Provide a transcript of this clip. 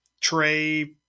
Trey